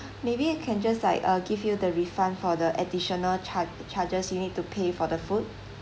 maybe we can just like uh give you the refund for the additional charge charges you need to pay for the food